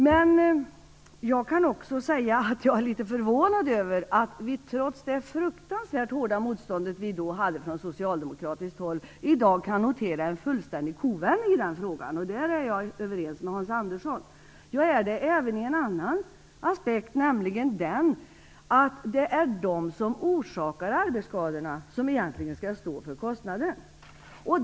Men jag kan också säga att jag är litet förvånad över att vi trots det fruktansvärt hårda motstånd vi då hade från socialdemokratiskt håll i dag kan notera en fullständig kovändning i den frågan. Där är jag överens med Hans Andersson. Jag är överens med honom även ur en annan aspekt, nämligen den att det är de som orsakar arbetsskadorna som egentligen skall stå för kostnaden.